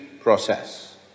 process